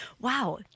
Wow